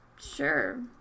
Sure